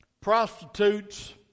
prostitutes